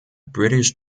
british